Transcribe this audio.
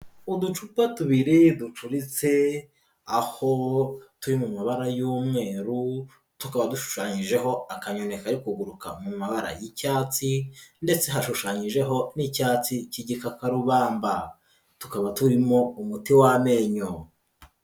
Uducupa tubiri ducuritse, aho turi mu mabara y'umweru, tukaba dushushanyijeho akanyoni kari kuguruka mu mabara y'icyatsi ndetse hashushanyijeho n'icyatsi cy'igikakarubamba, tukaba turimo umuti w'amenyo.